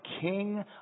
king